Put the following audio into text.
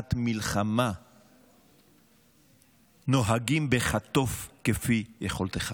שבשעת מלחמה נוהגים ב"חטוף כפי יכולתך".